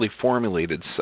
formulated